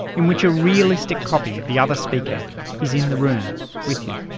in which a realistic copy of the other speaker is in the room with you.